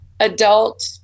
adult